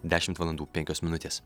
dešimt valandų penkios minutės